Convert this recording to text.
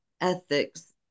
ethics